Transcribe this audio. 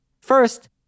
First